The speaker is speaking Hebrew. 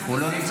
לא, לי לא היה.